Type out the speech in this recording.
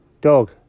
Dog